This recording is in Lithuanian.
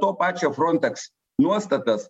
to pačio frontex nuostatas